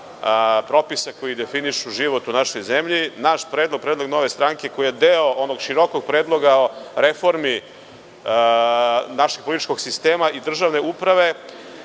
propisa koji definišu život u našoj zemlji, naš predlog, predlog Nove stranke, koji je deo onog širokog predloga o reformi našeg političkog sistema i državne uprave,